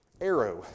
arrow